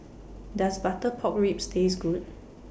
Does Butter Pork Ribs Taste Good